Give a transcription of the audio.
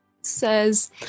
says